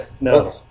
No